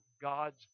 God's